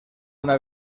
una